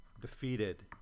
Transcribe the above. Defeated